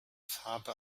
farbe